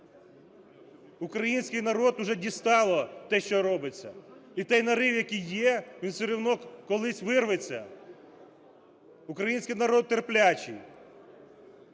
Український народ уже дістало те, що робиться. І той нарив, який є, він все рівно колись вирветься. Український народ терплячий,